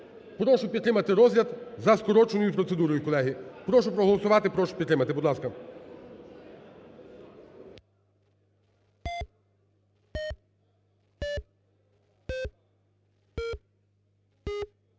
Прошу підтримати розгляд за скороченою процедури, колеги. Прошу проголосувати, прошу підтримати. Будь ласка.